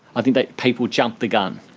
i think that people jumped the gun.